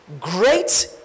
great